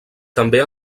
també